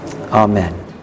Amen